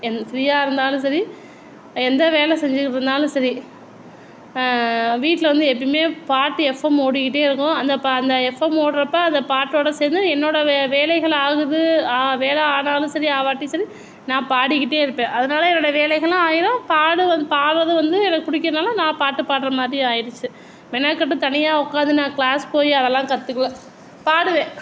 என் ஃபிரீயாக இருந்தாலும் சரி எந்த வேலை செஞ்சுக்கிட்டு இருந்தாலும் சரி வீட்டில் வந்து எப்பயுமே பாட்டு எஃப்எம் ஓடிக்கிட்டே இருக்கும் அந்த ப எஃப்எம் ஓடுறப்ப அந்த பாட்டோடு சேர்ந்து என்னோடய வே வேலைகள் ஆகுது வேலைஆனாலும் சரி ஆவாட்டியும் சரி நான் பாடிக்கிட்டே இருப்பேன் அதனால என்னோடய வேலைகளும் ஆகிடும் பாடுறதும் வந்து எனக்கு பிடிக்கிறதுனால நான் பாட்டு பாடுகிற மாதிரி ஆகிடிச்சு மெனக்கெட்டு தனியாக உட்காந்து நான் கிளாஸ் போய் அதலாம் கத்துக்கலை பாடுவேன்